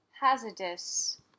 hazardous